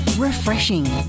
Refreshing